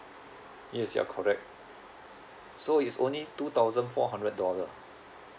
yes you're correct so it's only two thousand four hundred dollar